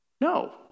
No